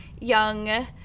young